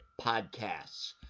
podcasts